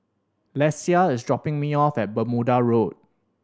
Lesia is dropping me off at Bermuda Road